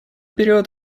период